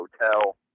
Hotel